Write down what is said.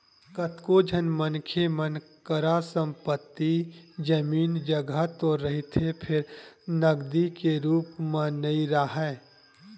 कतको झन मनखे मन करा संपत्ति, जमीन, जघा तो रहिथे फेर नगदी के रुप म नइ राहय